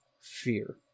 fear